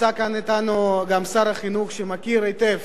נמצא כאן אתנו גם שר החינוך, שמכיר היטב